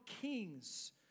Kings